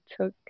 took